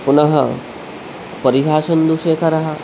पुनः परिभाषेन्दुशेखरः